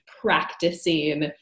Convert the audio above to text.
practicing